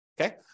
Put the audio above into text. Okay